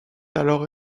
alors